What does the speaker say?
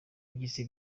by’isi